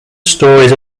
stories